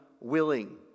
willing